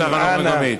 ברשות החינוך המקומית.